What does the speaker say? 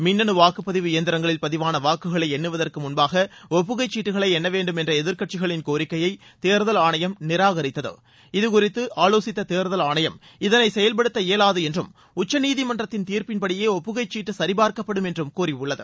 மின்னு வாக்குப்பதிவு இயந்திரங்களில் பதிவான வாக்குகளை என்னுவதற்கு முன்பாக ஒப்புகைச் சீட்டுகளை எண்ண வேண்டும் என்ற எதிர்க்கட்சிகளின் கோரிக்கையை தேர்தல் ஆணையம் நிராகரித்தது இது குறித்து ஆலோசித்த தேர்தல் ஆணையம் இதனை செயல்படுத்த இயலாது என்றும் உச்சநீதிமன்றத்தின் தீர்ப்பின்படியே ஒப்புகைச்சீட்டு சரிபார்க்கப்படும் என்றும் கூறியுள்ளது